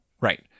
Right